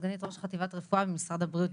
סגנית ראש חטיבת רפואה במשרד הבריאות,